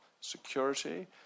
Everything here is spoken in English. security